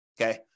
Okay